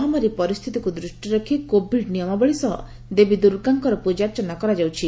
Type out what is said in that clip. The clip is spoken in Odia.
ମହାମାରୀ ପରିସ୍ଚିତିକୁ ଦୃଷିରେ ରଖି କୋଭିଡ୍ ନିୟମାବଳୀ ସହ ଦେବୀ ଦୁର୍ଗାଙ୍କର ପୂଜାର୍ଚ୍ଚନା କରାଯାଉଛି